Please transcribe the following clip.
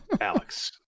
Alex